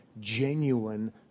genuine